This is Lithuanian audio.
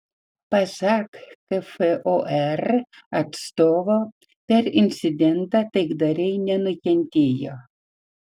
pasak kfor atstovo per incidentą taikdariai nenukentėjo